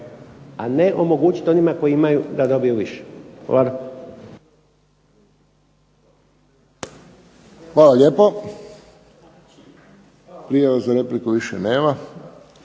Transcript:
a ne omogućit onima koji imaju da dobiju više. Hvala. **Friščić, Josip (HSS)** Hvala lijepo. Prijava za repliku više nema.